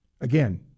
again